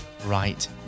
right